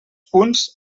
punts